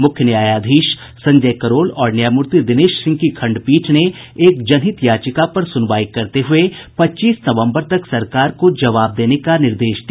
मुख्य न्यायाधीश संजय करोल और न्यायमूर्ति दिनेश सिंह की खंडपीठ ने एक जनहित याचिका पर सुनवाई करते हुए पच्चीस नवम्बर तक सरकार को जवाब देने का निर्देश दिया